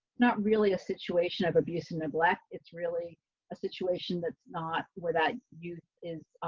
not really a situation of abuse and neglect. it's really a situation that's not where that youth is.